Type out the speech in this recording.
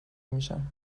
میشم